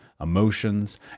emotions